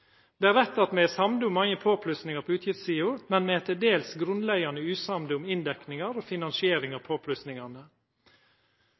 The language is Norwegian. Det er rett at me er samde om mange påplussingar på utgiftssida, men me er til dels grunnleggjande usamde om inndekning og finansiering av